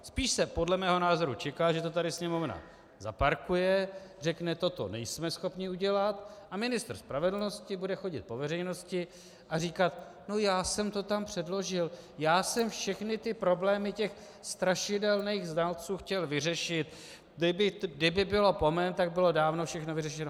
Spíš se podle mého názoru čeká, že to tady Sněmovna zaparkuje, řekne toto nejsme schopni udělat, a ministr spravedlnosti bude chodit po veřejnosti a říkat no, já jsem to tam předložil, já jsem všechny ty problémy těch strašidelnejch znalců chtěl vyřešit, kdyby bylo po mém, tak bylo dávno všechno vyřešeno.